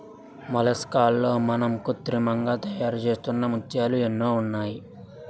మొలస్కాల్లో మనం కృత్రిమంగా తయారుచేస్తున్న ముత్యాలు ఎన్నో ఉన్నాయి